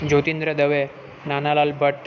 Jyotindra Dave Nanalal Bhatt